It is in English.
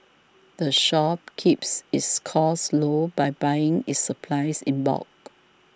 the shop keeps its costs low by buying its supplies in bulk